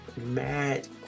mad